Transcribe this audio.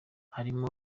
harimo